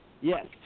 Yes